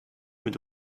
mit